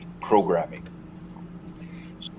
Programming